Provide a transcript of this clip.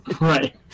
Right